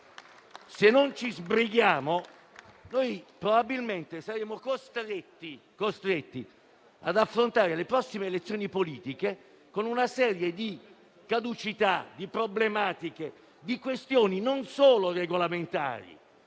Se non ci sbrighiamo, probabilmente saremo costretti ad affrontare le prossime elezioni politiche con una serie di caducità, di problematiche, di questioni non solo regolamentari,